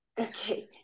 Okay